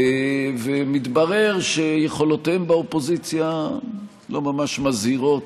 ומתברר שיכולותיהם באופוזיציה לא ממש מזהירות,